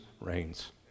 reigns